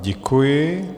Děkuji.